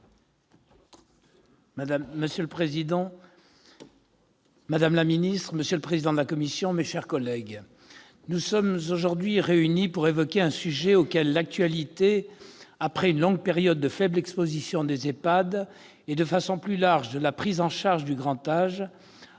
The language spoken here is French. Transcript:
madame la ministre, monsieur le président de la commission, mes chers collègues, nous sommes aujourd'hui réunis pour évoquer un sujet auquel l'actualité, après une longue période de faible exposition, a rendu la lumière légitime qui lui revient.